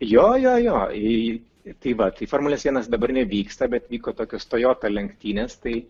jo jo jo į tai va tai formulės vienas dabar nevyksta bet vyko tokios toyota lenktynės tai